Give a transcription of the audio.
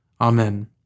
Amen